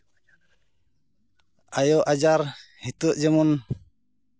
ᱟᱭᱚ ᱟᱡᱟᱨ ᱦᱤᱛᱳᱜ ᱡᱮᱢᱚᱱ